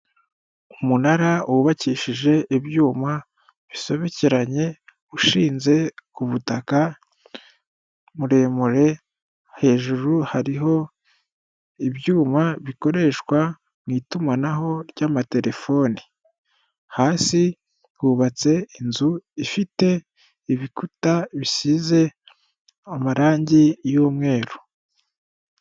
Umunara wubakishije ibyuma bisobekeranye, ushinze ku butaka muremure, hejuru hariho ibyuma bikoreshwa mu itumanaho ry'amatelefoni, hasi hubatse inzu ifite ibikuta bisize amarangi y'umweru.